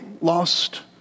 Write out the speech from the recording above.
lost